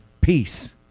Peace